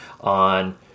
on